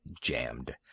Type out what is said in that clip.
jammed